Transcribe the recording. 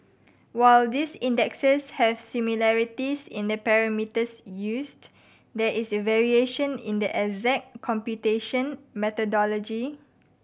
while these indexes have similarities in the parameters used there is variation in the exact computation methodology